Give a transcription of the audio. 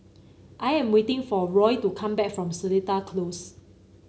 I am waiting for Roy to come back from Seletar Close